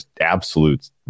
absolute